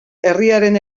herriaren